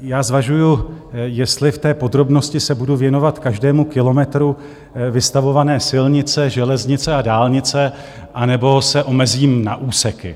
Já zvažuji, jestli v té podrobnosti se budu věnovat každému kilometru vystavované silnice, železnice a dálnice, anebo se omezím na úseky.